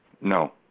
No